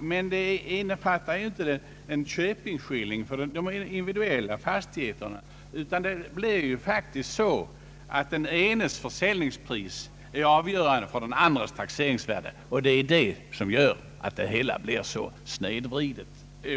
Men det innefattar inte en köpeskilling för alla berörda individuella fastigheter, utan det blir faktiskt så att den enes försäljningspris är avgörande för den andres taxeringsvärde. Det är det som emellanåt gör att det hela blir så snedvridet.